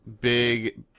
big